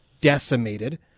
decimated